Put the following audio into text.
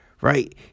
right